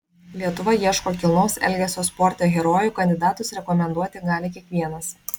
lietuva ieško kilnaus elgesio sporte herojų kandidatus rekomenduoti gali kiekvienas